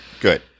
Good